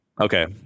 okay